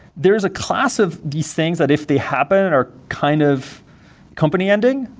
there is a class of these things that if they happen are kind of company ending,